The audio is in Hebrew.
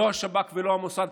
לא השב"כ ולא המוסד.